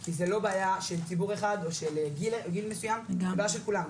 כי זה לא בעיה של ציבור אחד או של גיל מסוים אלא בעיה של כולם,